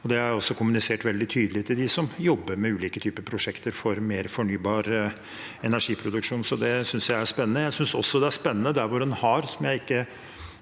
har jeg også kommunisert veldig tydelig til dem som jobber med ulike typer prosjekter for mer fornybar energiproduksjon. Det synes jeg er spennende. Jeg synes også det er spennende – som jeg ikke